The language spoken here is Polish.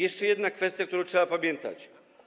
Jeszcze jedna kwestia, o której trzeba pamiętać.